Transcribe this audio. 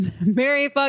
Mary